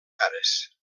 cares